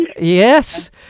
Yes